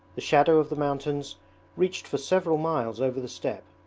the shadow of the mountains reached for several miles over the steppe.